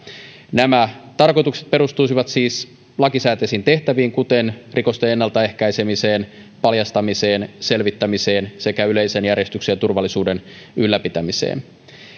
nämä tarkoitukset perustuisivat siis lakisääteisiin tehtäviin kuten rikosten ennaltaehkäisemiseen paljastamiseen ja selvittämiseen sekä yleisen järjestyksen ja turvallisuuden ylläpitämiseen